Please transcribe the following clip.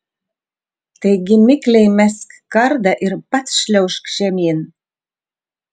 taigi mikliai mesk kardą ir pats šliaužk žemyn